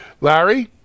Larry